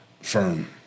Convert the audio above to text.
firm